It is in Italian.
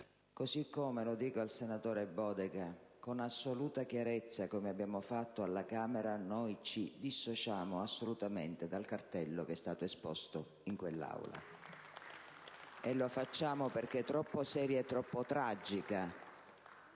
Così come, lo dico al senatore Bodega, con assoluta chiarezza, come abbiamo fatto alla Camera, noi ci dissociamo assolutamente dal cartello che è stato esposto in quell'Aula. *(Applausi dai Gruppi* *PD, PdL